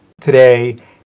today